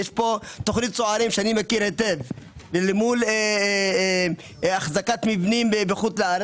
יש פה תוכנית צוערים שאני מכיר היטב מול החזקת מבנים בחו"ל.